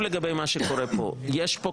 יש לכם